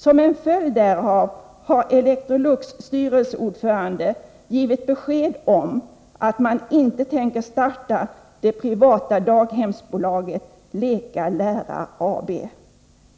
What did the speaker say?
Som en följd därav har Electrolux styrelseordförande givit besked om att man inte tänker starta det privata daghemsbolaget Leka, lära AB.